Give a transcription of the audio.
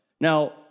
Now